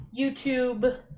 YouTube